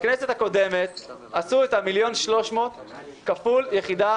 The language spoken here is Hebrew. בכנסת הקודמת עשו 1.388 מיליון כפול 1.3 יחידה.